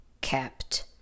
kept